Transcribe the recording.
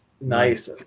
Nice